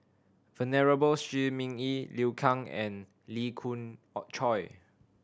Venerable Shi Ming Yi Liu Kang and Lee Khoon Choy